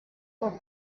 por